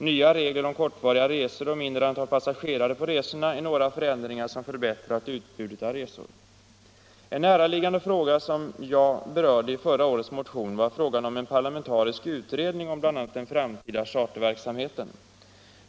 Nya regler om kortvariga resor och mindre antal passagerare på resorna är några förändringar som förbättrat utbudet av resor. I förra årets motion berörde jag en näraliggande fråga som gällde behovet av en parlamentarisk utredning om bl.a. den framtida charterverksamheten.